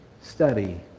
study